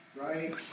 right